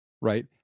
right